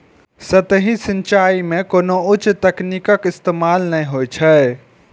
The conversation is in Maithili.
सतही सिंचाइ मे कोनो उच्च तकनीक के इस्तेमाल नै होइ छै